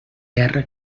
terra